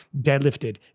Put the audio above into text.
deadlifted